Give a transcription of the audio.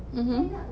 mmhmm